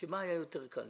שבה היה יותר קל.